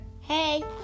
Hey